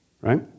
right